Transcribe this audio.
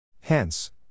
Hence